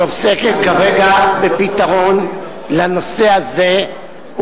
שעוסקת כרגע בפתרון לנושא הזה,